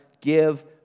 give